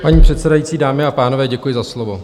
Paní předsedající, dámy a pánové, děkuji za slovo.